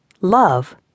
love